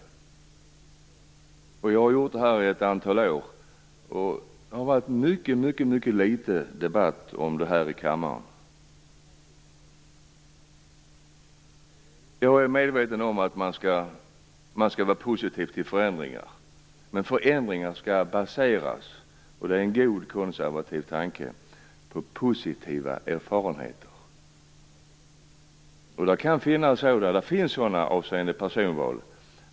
Det har jag gjort i ett antal år. Det har varit mycket litet debatt om det här i kammaren. Jag är medveten om att man skall vara positiv till förändringar. Men förändringar skall baseras på positiva erfarenheter; det är en god konservativ tanke. Det finns sådana avseende personval.